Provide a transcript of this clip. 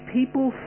people